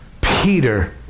Peter